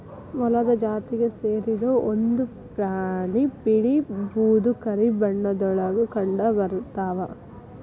ಮೊಲದ ಜಾತಿಗೆ ಸೇರಿರು ಒಂದ ಪ್ರಾಣಿ ಬಿಳೇ ಬೂದು ಕರಿ ಬಣ್ಣದೊಳಗ ಕಂಡಬರತಾವ